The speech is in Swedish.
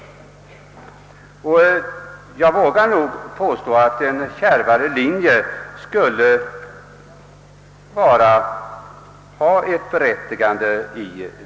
Jag vågar nog påstå att en kärvare linje i vissa fall skulle ha sitt berättigande.